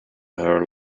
her